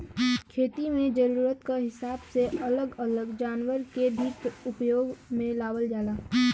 खेती में जरूरत क हिसाब से अलग अलग जनावर के भी उपयोग में लावल जाला